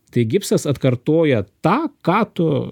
tai gipsas atkartoja tą ką tu